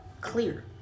clear